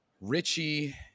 Richie